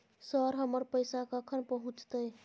Sir, हमर पैसा कखन पहुंचतै?